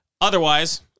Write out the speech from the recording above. Otherwise